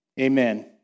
Amen